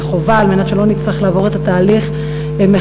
זו חובה כדי שלא נצטרך לעבור את התהליך מחדש,